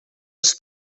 els